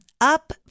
up